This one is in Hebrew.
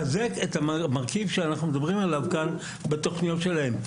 עצמאיים לחזק את המרכיב שאנחנו מדברים עליו כאן בתכניות שלהם.